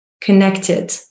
connected